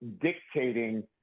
dictating